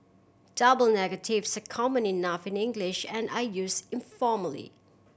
double negatives are common enough in English and are use informally